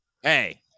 hey